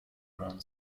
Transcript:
run